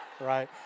Right